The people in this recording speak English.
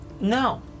No